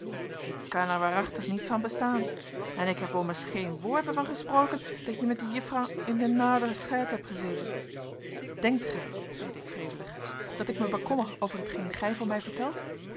hik khan er waarachtig niet van bestaan en hik eb ommers gheen woord er van ghesproken dat je met die jiffrouw in de naarder schijt eb gheseten denkt gij zeide ik wrevelig dat ik mij bekommer over hetgeen gij van mij vertelt